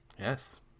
yes